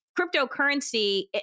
cryptocurrency